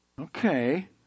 Okay